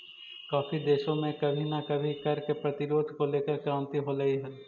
काफी देशों में कभी ना कभी कर के प्रतिरोध को लेकर क्रांति होलई हल